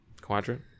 Quadrant